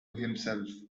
himself